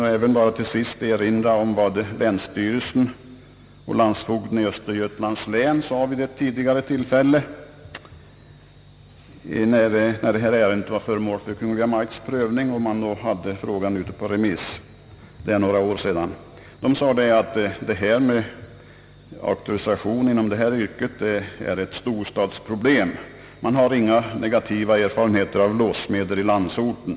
Jag vill bara till sist erinra om vad länsstyrelsen och landsfogden i Östergötlands län anfört vid ett tidigare tillfälle, när detta ärende var föremål för Kungl. Maj:ts prövning och frågan var ute på remiss — det var för några år sedan. Det sades då att detta med auktorisation inom yrket var ett storstadsproblem och att man inte hade några negativa erfarenheter av låssmeder i landsorten.